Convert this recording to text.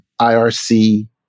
IRC